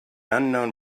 unknown